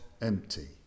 empty